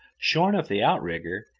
shorn of the outrigger,